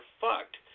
fucked